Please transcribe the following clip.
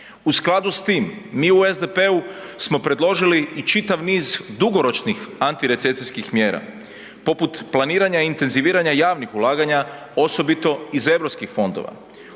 U skladu s tim mi u SDP-u smo predložili i čitav niz dugoročnih antirecesijskih mjera poput planiranja i intenziviranja javnih ulaganja osobito iz Europskih fondova.